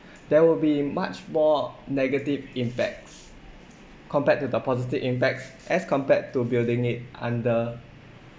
there will be much more negative impacts compared to the positive impacts as compared to building it under